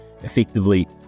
effectively